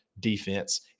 defense